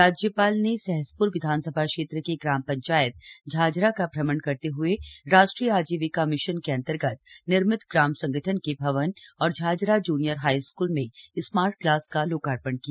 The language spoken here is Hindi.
राज्यपाल ने सहसप्र विधानसभा क्षेत्र के ग्राम पंचायत झाझरा का भ्रमण करते हुए राष्ट्रीय आजीविका मिशन के अंतर्गत निर्मित ग्राम संगठन के भवन और झाझरा जूनियर हाई स्कूल में स्मार्ट क्लास का लोकार्पण किया